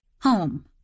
home